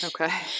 Okay